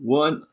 one